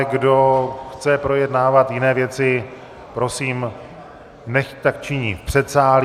Kdo chce projednávat jiné věci, prosím, nechť tak činí v předsálí.